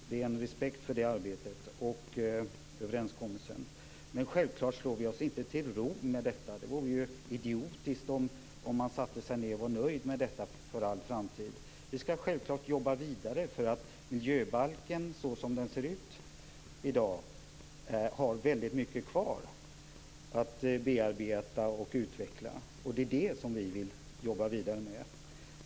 Det är respekt för det arbetet och den överenskommelsen. Vi slår oss självfallet inte till ro med detta. Det vore idiotiskt om man satte sig ned och var nöjd med detta för all framtid. Vi skall självfallet jobba vidare, därför att miljöbalken har såsom den ser ut i dag väldigt mycket kvar som måste bearbetas och utvecklas. Det är det som vi vill jobba vidare med.